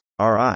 RI